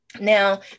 Now